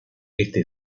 este